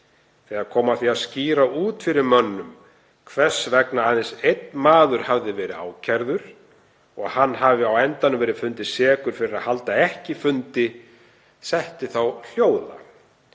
Þegar kom að því að skýra út fyrir mönnum hvers vegna aðeins einn maður hafði verið ákærður og hann hafi á endanum verði fundinn sekur um að halda ekki fundi setti þá hljóða.